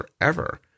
forever